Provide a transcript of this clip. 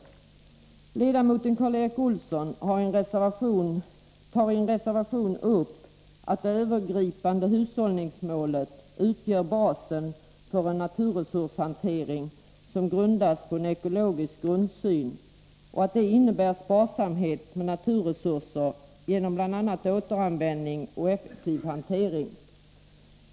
Kommittéledamoten Karl Erik Olsson framhåller i sin reservation att det övergripande hushållningsmålet utgör basen för en naturresurshantering som grundas på en ekologisk syn och som innebär sparsamhet med naturresurser genom bl.a. återanvändning och effektiv hantering.